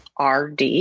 RD